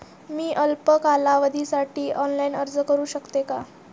मी अल्प कालावधीसाठी ऑनलाइन अर्ज करू शकते का?